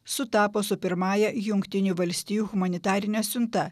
sutapo su pirmąja jungtinių valstijų humanitarine siunta